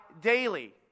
daily